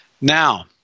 Now